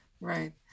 right